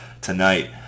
tonight